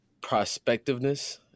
prospectiveness